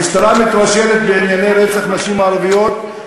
המשטרה מתרשלת בענייני רצח נשים ערביות,